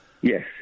Yes